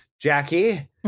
Jackie